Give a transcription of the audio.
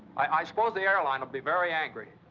i suppose the airline will be very angry.